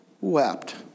wept